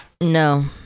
No